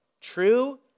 True